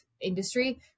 Industry